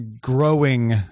growing